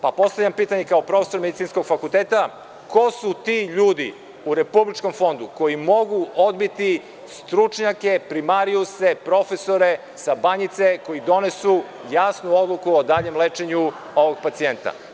Postavljam pitanje kao profesor medicinskog fakulteta, ko su ti ljudi u Republičkom fondu koji mogu odbiti stručnjake, primarijuse, profesore sa Banjice koji su doneli jasnu odluku o daljem lečenju ovog pacijenta?